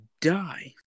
die